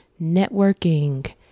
networking